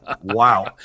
wow